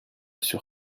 sur